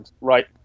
right